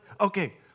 Okay